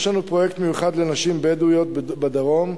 יש לנו פרויקט מיוחד לנשים בדואיות בדרום,